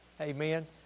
amen